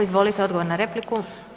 Izvolite, odgovor na repliku.